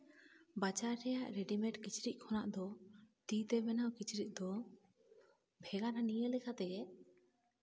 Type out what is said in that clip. ᱵᱟᱡᱟᱨ ᱨᱮᱭᱟᱜ ᱨᱮᱰᱤᱢᱮᱰ ᱠᱤᱪᱨᱤᱪ ᱠᱷᱚᱱᱟᱜ ᱫᱚ ᱛᱤ ᱛᱮ ᱵᱮᱱᱟᱣ ᱠᱤᱪᱨᱤᱪ ᱫᱚ ᱵᱷᱮᱜᱟᱨᱟᱱ ᱤᱭᱟᱹ ᱞᱮᱠᱟ ᱛᱮᱜᱮ